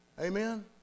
Amen